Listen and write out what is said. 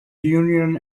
union